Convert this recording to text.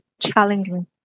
challenging